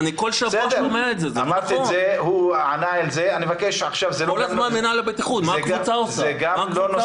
אני מבקשת שלא יפריע לי באמצע דבריי.